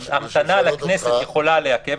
המתנה לכנסת יכולה לעכב.